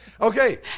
Okay